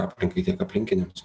aplinkai tiek aplinkiniams